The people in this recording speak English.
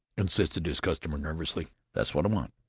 insisted his customer nervously. that's what i want.